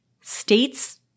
states